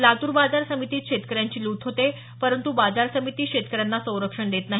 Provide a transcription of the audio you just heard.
लातूर बाजार समितीत शेतकऱ्यांची लूट होते परंतू बाजार समिती शेतकऱ्यांना संरक्षण देत नाही